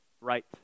right